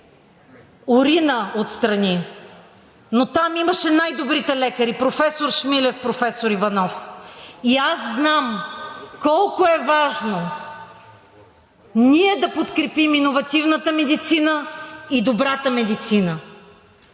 урина отстрани, но там имаше най-добрите лекари – професор Шмилев, професор Иванов. Знам колко е важно ние да подкрепим иновативната медицина и добрата медицина,